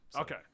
Okay